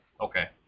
Okay